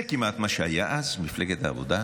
זה כמעט כל מה שהיה אז, מפלגת העבודה.